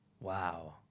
Wow